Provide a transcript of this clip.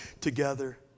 together